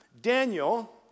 Daniel